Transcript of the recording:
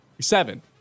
seven